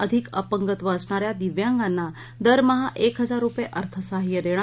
अधिक अपंगत्व असणाऱ्या दिव्यांगांना दरमहा एक हजार रुपये अर्थसहाय्य देणार